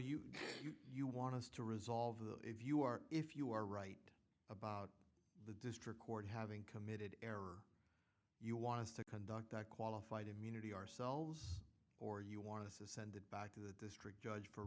you know you want us to resolve the if you are if you are right about district court having committed error you want to conduct that qualified immunity ourselves or you want to send it back to the district judge for